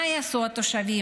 מה יעשו התושבים?